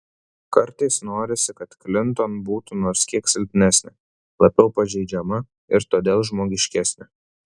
kartais norisi kad klinton būtų nors kiek silpnesnė labiau pažeidžiama ir todėl žmogiškesnė